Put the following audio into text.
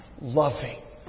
loving